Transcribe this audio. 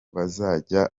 bazajya